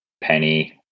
Penny